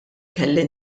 kelli